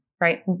right